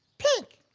pink.